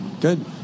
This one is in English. Good